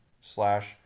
slash